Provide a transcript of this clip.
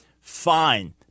fine